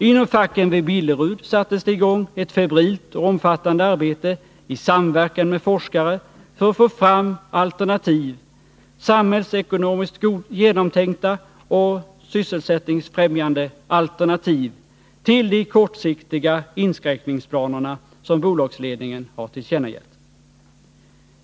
Inom facken vid Billerud sattes det i gång ett febrilt och omfattande arbete i samverkan med forskare för att få fram samhällsekonomiskt genomtänkta och sysselsättningsfrämjande alternativ till de kortsiktiga inskränkningsplaner som bolagsledningen har tillkännagett.